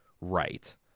Right